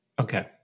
Okay